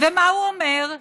ומה הוא אומר?